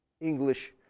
English